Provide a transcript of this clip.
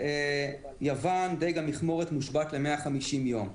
ביוון דיג המכמורת מושבת ל-150 יום.